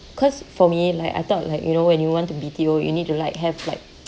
because for me like I thought like you know when you want to B_T_O you need to like have like